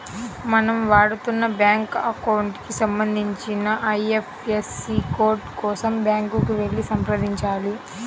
మనం వాడుతున్న bank account కి సంబంధించిన ఐ.ఎఫ్.ఎస్.సి కోడ్ కోసం బ్యాంకుకి వెళ్లి సంప్రదించాలి